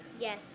Yes